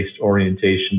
orientation